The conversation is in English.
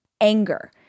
anger